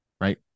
right